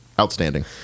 outstanding